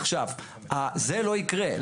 עכשיו, זה לא יקרה.